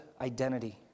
identity